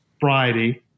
Friday